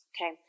Okay